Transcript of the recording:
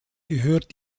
gehört